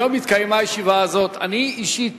היום התקיימה הישיבה הזאת, ואני אישית